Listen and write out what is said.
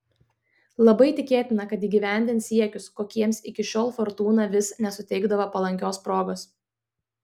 labai tikėtina kad įgyvendins siekius kokiems iki šiol fortūna vis nesuteikdavo palankios progos